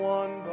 one